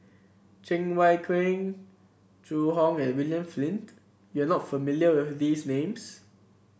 Cheng Wai Keung Zhu Hong and William Flint you are not familiar with these names